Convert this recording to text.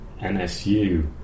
NSU